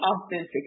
authentic